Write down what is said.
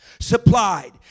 supplied